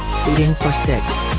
seating for six,